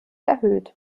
erhöht